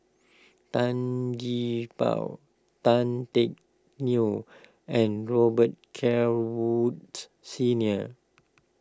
Tan Gee Paw Tan Teck Neo and Robet Carr Woods Senior